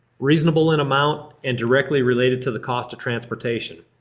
reasonable in amount, and directly related to the cost of transportation.